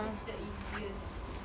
that's the easiest seh